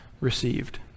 received